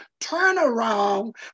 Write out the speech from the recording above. turnaround